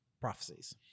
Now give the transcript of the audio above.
prophecies